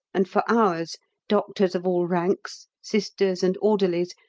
and for hours doctors of all ranks, sisters and orderlies,